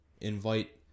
invite